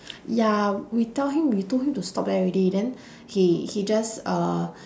ya we tell him we told him to stop there already then he he just uh